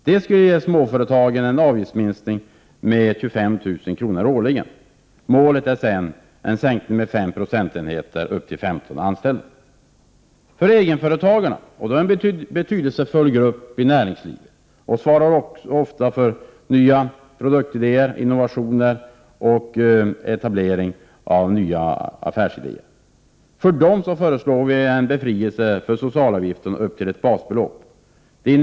Det skulle ge småföretagarna en avgiftsminskning med 25 000 kr. årligen. Målet är en sänkning med 5 procentenheter upp till 15 anställda. Egenföretagarna utgör en betydelsefull grupp i näringslivet. De svarar också ofta för nya produktidéer, innovationer och etableringar av nya affärsidéer. För egenföretagarna föreslår vi befrielse från socialavgifterna upp till ett basbelopp, för närvarande 27 900 kr.